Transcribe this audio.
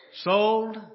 sold